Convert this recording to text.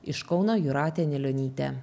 iš kauno jūratė anilionytė